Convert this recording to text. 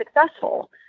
successful